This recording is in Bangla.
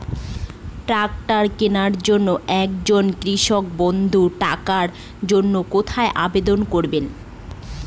ট্রাকটার কিনার জন্য একজন কৃষক বন্ধু টাকার জন্য কোথায় আবেদন করবে?